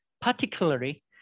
Particularly